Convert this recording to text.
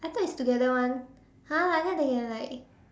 I thought is together [one] !huh! like that they can like